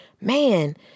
man